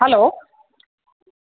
hello